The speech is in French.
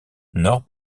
nord